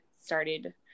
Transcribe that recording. started